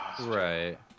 Right